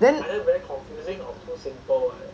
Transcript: then